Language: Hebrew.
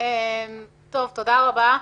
תודה רבה.